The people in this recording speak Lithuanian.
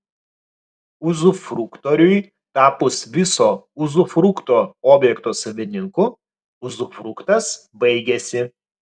uzufruktoriui tapus viso uzufrukto objekto savininku uzufruktas baigiasi